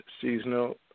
seasonal